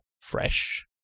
fresh